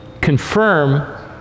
confirm